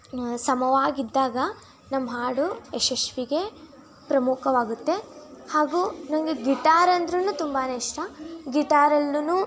ಸಮವಾಗಿದ್ದಾಗ ನಮ್ಮ ಹಾಡು ಯಶಸ್ವಿಗೆ ಪ್ರಮುಖವಾಗುತ್ತೆ ಹಾಗೂ ನನಗೆ ಗಿಟಾರ್ ಅಂದರೂನೂ ತುಂಬಾ ಇಷ್ಟ ಗಿಟಾರಲ್ಲೂನೂ